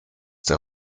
der